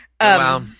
Wow